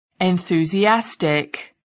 enthusiastic